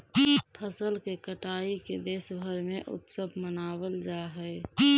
फसल के कटाई के देशभर में उत्सव मनावल जा हइ